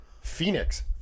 Phoenix